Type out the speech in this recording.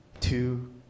two